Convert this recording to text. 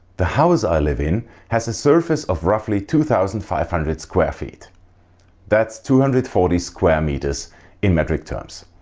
the house i live in has a surface of roughly two thousand five hundred square feet that's two hundred and forty square meters in metric terms.